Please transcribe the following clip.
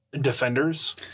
Defenders